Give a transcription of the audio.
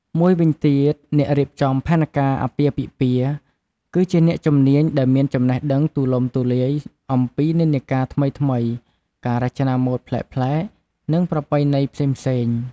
មួយវិញទៀត អ្នករៀបចំផែនការអាពាហ៍ពិពាហ៍គឺជាអ្នកជំនាញដែលមានចំណេះដឹងទូលំទូលាយអំពីនិន្នាការថ្មីៗ ការរចនាម៉ូដប្លែកៗ និងប្រពៃណីផ្សេងៗ។